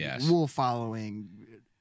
rule-following